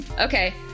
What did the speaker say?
okay